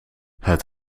het